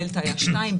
בדלתא היו שתיים,